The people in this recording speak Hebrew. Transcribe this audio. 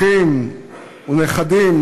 אחים ונכדים,